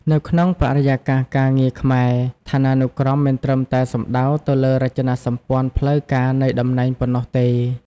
នៅក្នុងបរិយាកាសការងារខ្មែរ ឋានានុក្រមមិនត្រឹមតែសំដៅទៅលើរចនាសម្ព័ន្ធផ្លូវការនៃតំណែងប៉ុណ្ណោះទេ។